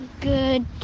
Good